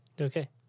Okay